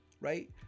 right